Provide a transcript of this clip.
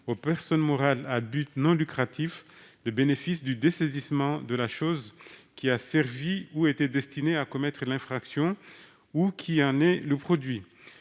aux personnes morales à but non lucratif le bénéfice du dessaisissement de la chose qui a servi ou était destinée à commettre l'infraction ou qui en est le produit.